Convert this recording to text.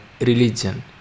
religion